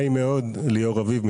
ליאור רביב,